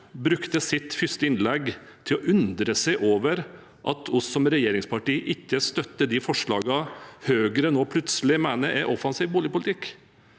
brukte sitt første innlegg til å undre seg over at vi som regjeringsparti ikke støtter de forslagene Høyre nå plutselig mener er offensiv boligpolitikk.